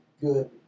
good